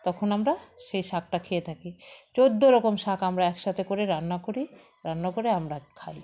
তখন আমরা সেই শাকটা খেয়ে থাকি চোদ্দ রকম শাক আমরা একসাথে করে রান্না করি রান্না করে আমরা খাই